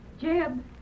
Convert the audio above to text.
Jeb